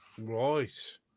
right